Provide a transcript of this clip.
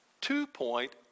two-point